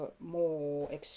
more